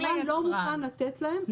אבל היצרן לא מוכן לתת להם את תיק העבודה.